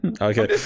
Okay